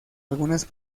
algunas